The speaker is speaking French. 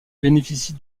bénéficie